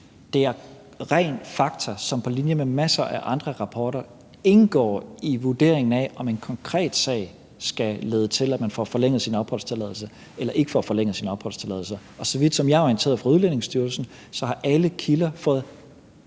Det er ren fakta, som på linje med masser af andre rapporter indgår i vurderingen af, om en konkret sag skal lede til, at man får forlænget sin opholdstilladelse eller ikke får forlænget sin opholdstilladelse. Så vidt jeg er orienteret fra Udlændingestyrelsen, har alle kilder fået